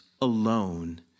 alone